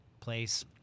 place